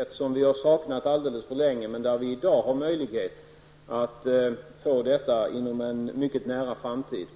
Herr talman! Jag skall inte utesluta att det finns något positivt med public service-tanken. Men det jag tycker är väsentligt är att vi har möjlighet att få en mångfald på ett sätt som vi saknat alldeles för länge och som vi nu har möjlighet att få inom en mycket nära framtid.